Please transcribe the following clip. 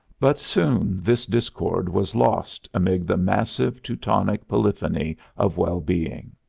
but soon this discord was lost amid the massive teutonic polyphony of well-being.